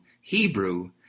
Hebrew